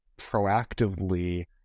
proactively